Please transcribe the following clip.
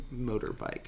Motorbike